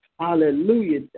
Hallelujah